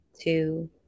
two